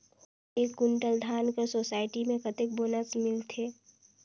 एक कुंटल धान कर सोसायटी मे कतेक बोनस मिलथे?